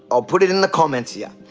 i'll put it in the comments yeah